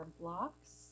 blocks